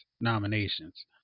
nominations